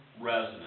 resonance